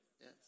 Yes